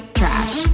trash